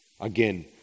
Again